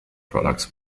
products